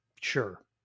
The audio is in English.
sure